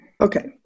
okay